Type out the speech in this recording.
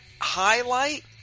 highlight